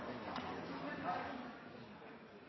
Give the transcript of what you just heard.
den